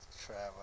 travel